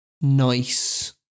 nice